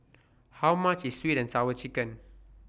How much IS Sweet and Sour Chicken